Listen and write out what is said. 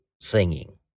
singing